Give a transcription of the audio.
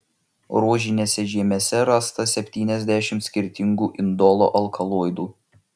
rožinėse žiemėse rasta septyniasdešimt skirtingų indolo alkaloidų